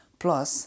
plus